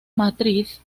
matriz